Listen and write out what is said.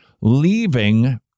Leaving